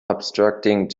obstructing